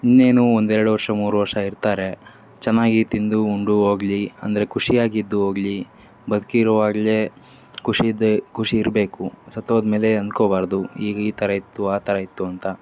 ಇನ್ನೇನು ಒಂದು ಎರಡು ವರ್ಷ ಮೂರು ವರ್ಷ ಇರ್ತಾರೆ ಚೆನ್ನಾಗಿ ತಿಂದು ಉಂಡು ಹೋಗ್ಲಿ ಅಂದರೆ ಖುಷಿಯಾಗಿ ಇದ್ದು ಹೋಗ್ಲಿ ಬದಿಕಿರೋವಾಗ್ಲೇ ಖುಷಿಯಿದ್ದೆ ಖುಷಿ ಇರಬೇಕು ಸತ್ತೋದ ಮೇಲೆ ಅಂದ್ಕೋಬಾರ್ದು ಈಗ ಈ ಥರ ಇತ್ತು ಆ ಥರ ಇತ್ತು ಅಂತ